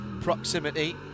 proximity